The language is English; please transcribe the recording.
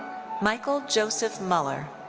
michael joseph muller.